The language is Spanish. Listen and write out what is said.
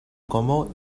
como